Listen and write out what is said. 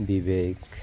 ବିବେକ